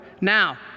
Now